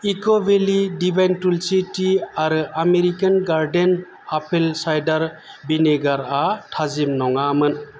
इक'भेलि divine tulsi tea आरो American garden apple cider vinegar आ थाजिम नङामोन